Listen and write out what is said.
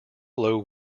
flow